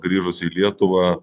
grįžus į lietuvą